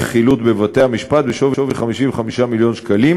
חילוט בבתי-המשפט בשווי 55 מיליון שקלים,